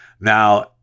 Now